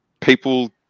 people